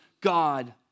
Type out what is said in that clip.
God